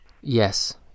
Yes